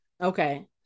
Okay